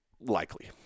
Likely